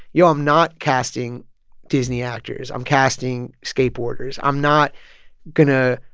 yo, i'm not casting disney actors. i'm casting skateboarders. i'm not going to,